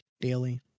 daily